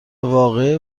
واقعه